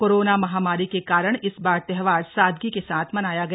corona महामारी के कारण इस बार त्योहार सादगी के साथ मनाया गया